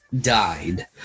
died